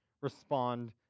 respond